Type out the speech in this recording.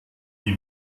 die